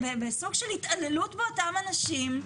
בסוג של התעללות באותם אנשים,